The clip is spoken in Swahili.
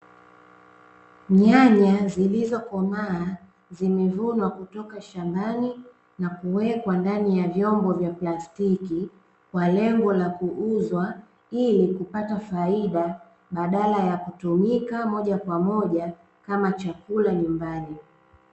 Nyanya zilizokomaa zimevunwa kutoka shambani na kuwekwa ndani ya vyombo vya plastiki kwa lengo la kuuzwa, ili kupata faida badala ya kutumika moja kwa moja kama chakula nyumbani.